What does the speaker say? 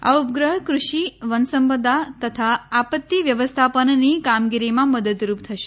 આ ઉપગ્રહ્ કૃષિ વનસંપદા તથા આપત્તિ વ્યવસ્થાપનની કામગીરીમાં મદદરૂપ થશે